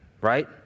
right